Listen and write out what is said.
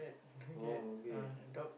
oh okay